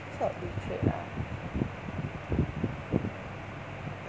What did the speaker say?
felt betrayed ah